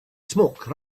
smoke